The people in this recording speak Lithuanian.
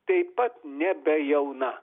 taip pat nebe jauna